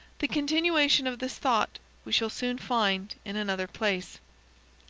the continuation of this thought we shall soon find in another place.